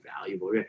valuable